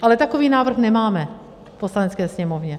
Ale takový návrh nemáme v Poslanecké sněmovně.